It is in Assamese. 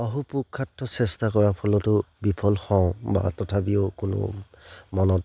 অহোপুৰুষাৰ্থ চেষ্টা কৰাৰ ফলতো বিফল হওঁ বা তথাপিও কোনো মনত